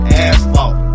asphalt